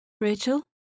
Rachel